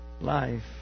life